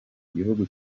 gihugu